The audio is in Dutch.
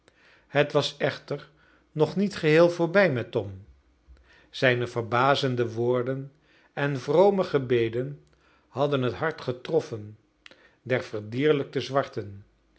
het was echter nog niet geheel voorbij met tom zijne verbazende woorden en vrome gebeden hadden het hart getroffen der verdierlijkte zwarten